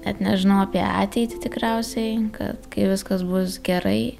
net nežinau apie ateitį tikriausiai kai viskas bus gerai